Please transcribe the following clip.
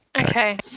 Okay